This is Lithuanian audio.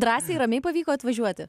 drąsiai ramiai pavyko atvažiuoti